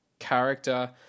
character